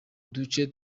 duce